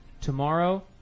Tomorrow